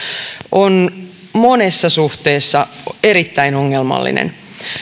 on monessa suhteessa erittäin ongelmallinen